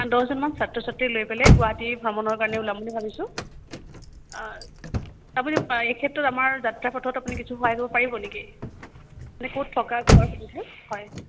দহজনমান ছাত্ৰ ছাত্ৰী লৈ পেলাই গুৱাহাটী ভ্ৰমণৰ কাৰণে ওলাম বুলি ভাবিছোঁ আপুনি এই ক্ষেত্ৰত আমাৰ যাত্ৰা পথত আপুনি কিছু সহায় কৰিব পাৰিব নেকি মানে ক'ত থকা খোৱাৰ